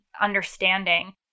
understanding